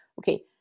okay